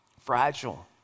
Fragile